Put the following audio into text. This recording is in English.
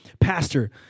pastor